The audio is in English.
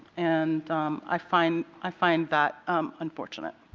and i find i find that unfortunate.